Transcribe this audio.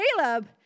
Caleb